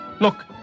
Look